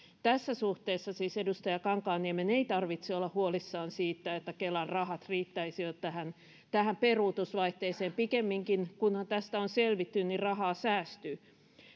tässä suhteessa siis edustaja kankaanniemen ei tarvitse olla huolissaan siitä riittäisivätkö kelan rahat tähän tähän peruutusvaihteeseen vaan pikemminkin kunhan tästä on selvitty rahaa säästyy